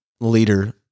leader